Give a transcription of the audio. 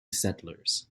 settlers